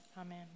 Amen